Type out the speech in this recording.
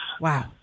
Wow